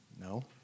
No